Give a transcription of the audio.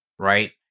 Right